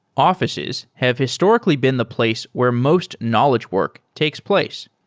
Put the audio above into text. offi ces have historically been the place where most knowledge work takes place.